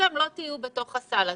ואתן לא תהיו בתוך הסל הזה.